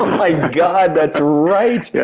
ah my god, that's right! yeah